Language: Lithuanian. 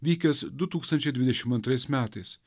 vykęs du tūkstančiai dvideši antrais metais